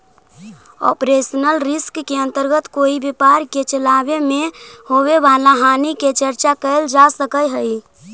operational risk के अंतर्गत कोई व्यापार के चलावे में होवे वाला हानि के चर्चा कैल जा सकऽ हई